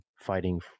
fighting